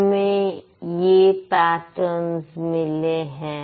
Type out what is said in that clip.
हमें ये पेटर्न्स मिले हैं